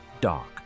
dark